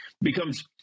becomes